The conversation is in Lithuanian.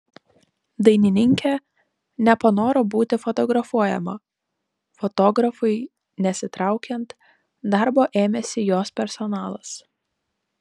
dainininkė nepanoro būti fotografuojama fotografui nesitraukiant darbo ėmėsi jos personalas